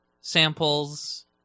samples